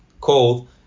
cold